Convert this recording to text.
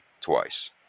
twice